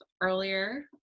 earlier